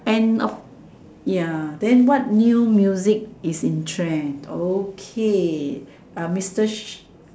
and of ya then what new music is in trend okay uh Mister s~